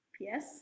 Yes